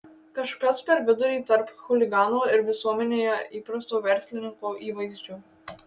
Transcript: kažkas per vidurį tarp chuligano ir visuomenėje įprasto verslininko įvaizdžio